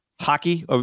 Hockey